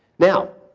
now,